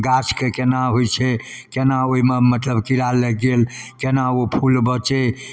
गाछके कोना होइ छै कोना ओहिमे मतलब कीड़ा लागि गेल कोना ओ फूल बचै